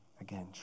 Again